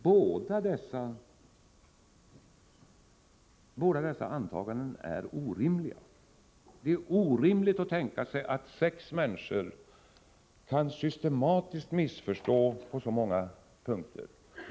Båda dessa antaganden är orimliga. Det är orimligt att tänka sig att sex människor systematiskt kan missförstå på så många punkter.